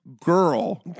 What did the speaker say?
girl